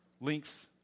length